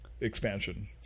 Expansion